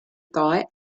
thought